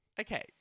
Okay